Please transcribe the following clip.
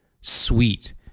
sweet